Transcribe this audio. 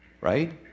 Right